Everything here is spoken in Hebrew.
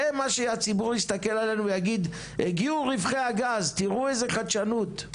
זה מה שהציבור יסתכל עלינו ויגיד: הגיעו רווחי הגז - תראו איזה חדשנות.